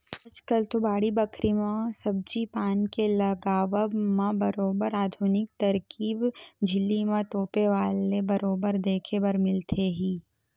आजकल तो बाड़ी बखरी म सब्जी पान के लगावब म बरोबर आधुनिक तरकीब झिल्ली म तोपे वाले बरोबर देखे बर मिलथे ही